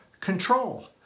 control